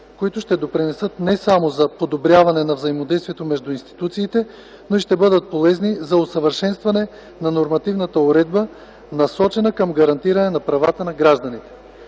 които ще допринесат не само за подобряване на взаимодействието между институциите, но ще бъдат полезни и за усъвършенстване на нормативната уредба, насочена към гарантиране на правата на гражданите.